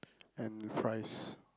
and fries